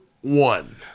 one